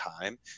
time